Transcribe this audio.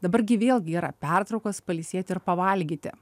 dabar gi vėlgi yra pertraukos pailsėti ir pavalgyti